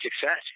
success